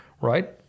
right